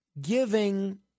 giving